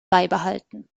beibehalten